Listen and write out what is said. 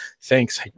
Thanks